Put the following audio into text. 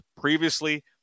previously